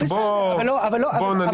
בוא ננוח.